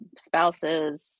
spouses